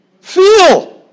Feel